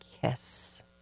kiss